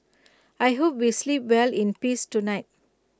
I hope we sleep well in peace tonight